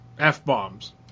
F-bombs